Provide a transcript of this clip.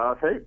Hey